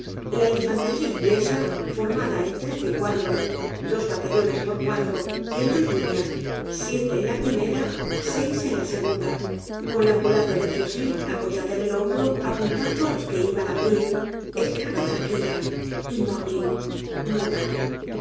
la infantería inglesa formada en trece cuadros dos batallones por cuadro y en dos lineas siete en la primera seis en la segunda con la culata del fusil apoyada en el hombro apuntando á los que iban á venir esperaba tranquila inmóvil muda